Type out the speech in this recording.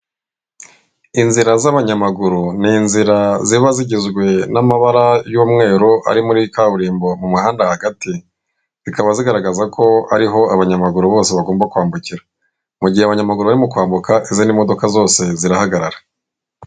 Inzira z'abanyamaguru ni inzira ziba zigizwe n'amabara y'umweru ari muri kaburimbo mu muhanda hagati, zikaba zigaragaza ko hariho abanyamaguru bose bagomba kwambukira. Mu gihe abanyamaguru barimo kwambuka izindi modoka zose zirahagarara.